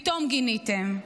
פתאום גיניתם,